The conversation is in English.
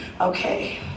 Okay